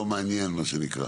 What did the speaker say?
יום מעניין מה שנקרא.